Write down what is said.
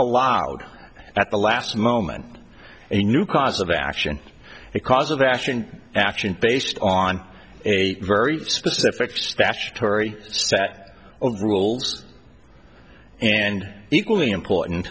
allowed at the last moment and a new cause of action and cause of action action based on a very specific statutory set of rules and equally important